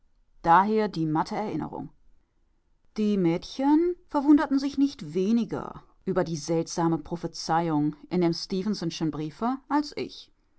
daher die matte erinnerung die mädchen verwunderten sich nicht weniger über die seltsame prophezeiung in dem stefensonschen briefe als ich